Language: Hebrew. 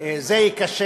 אולי זה ייכשל.